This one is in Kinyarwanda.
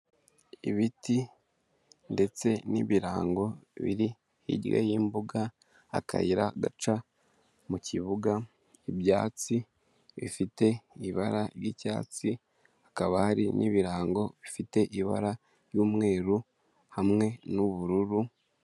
Ibiti ndetse n'ibirango biri hirya y'imbuga akayira gaca mu kibuga ibyatsi bifite ibara ry'icyatsi hakaba hari n'ibirango bifite ibara ry'umweru hamwe n'ubururu